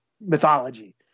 mythology